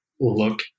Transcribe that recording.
look